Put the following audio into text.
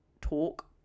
talk